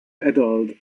adult